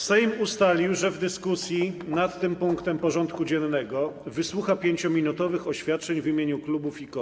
Sejm ustalił, że w dyskusji nad tym punktem porządku dziennego wysłucha 5-minutowych oświadczeń w imieniu klubów i koła.